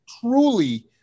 truly